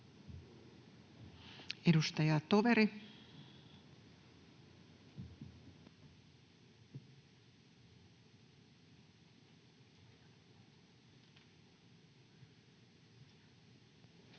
Edustaja Toveri. Arvoisa